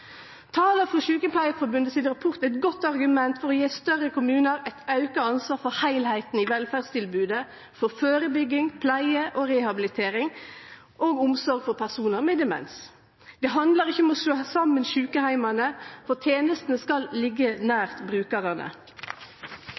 Tala frå Sjukepleiarforbundet sin rapport er eit godt argument for å gje større kommunar auka ansvar for heilskapen i velferdstilbodet, for førebygging, pleie, rehabilitering og omsorg for personar med demens. Det handlar ikkje om å slå saman sjukeheimane, for tenesta skal liggje nær brukarane.